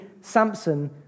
Samson